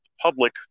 public